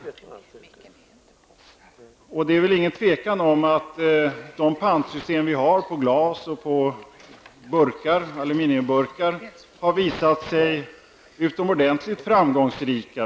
Det råder väl inget tvivel om att de pantsystem vi har för glas och aluminiumburkar har visat sig utomordentligt framgångsrika.